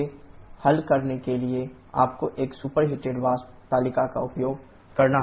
तो इसे हल करने के लिए आपको एक सुपरहीट वाष्प तालिका का उपयोग करना होगा